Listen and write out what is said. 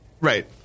right